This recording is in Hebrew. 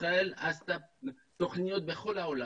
ישראל עשתה תוכניות בכל העולם,